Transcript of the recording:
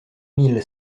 mille